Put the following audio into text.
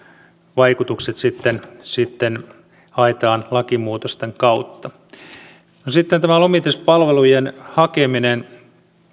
vaikutukset sitten sitten haetaan lakimuutosten kautta sitten tämä lomituspalvelujen hakeminen